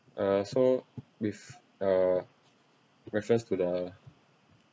uh so with uh reference to the